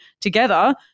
together